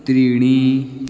त्रीणि